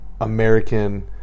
American